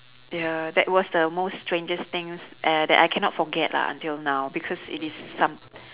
ya that was the most strangest thing uh that I cannot forget lah until now because it is some